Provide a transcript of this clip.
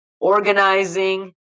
organizing